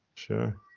Sure